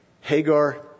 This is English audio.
Hagar